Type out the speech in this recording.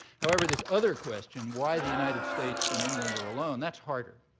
however, this other question, why the united states and england are alone, that's harder.